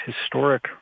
historic